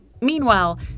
Meanwhile